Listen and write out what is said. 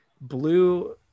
blue